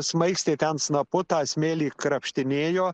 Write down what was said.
smaigstė ten snapu tą smėlį krapštinėjo